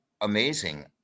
amazing